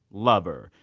lover,